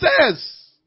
says